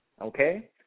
Okay